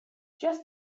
just